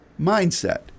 mindset